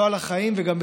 לא על החיים וגם,